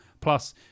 Plus